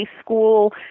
school